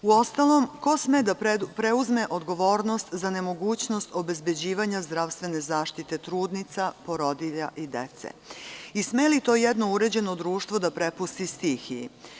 Uostalom, ko sme da preuzme odgovornost za nemogućnost obezbeđivanja zdravstvene zaštite trudnica, porodilja i dece i sme li to jedno uređeno društvo da prepusti stihiji?